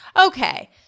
Okay